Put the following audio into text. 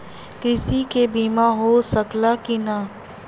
कृषि के बिमा हो सकला की ना?